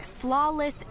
Flawless